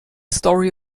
story